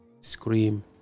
scream